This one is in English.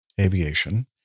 Aviation